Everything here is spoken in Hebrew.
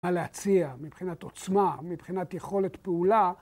מה להציע מבחינת עוצמה, מבחינת יכולת פעולה.